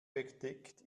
bedeckt